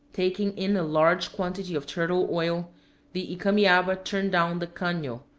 taking in a large quantity of turtle-oil, the icamiaba turned down the cano,